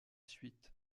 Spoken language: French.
suite